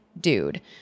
dude